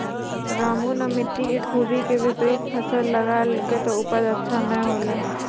रामू नॅ मिट्टी के खूबी के विपरीत फसल लगैलकै त उपज अच्छा नाय होलै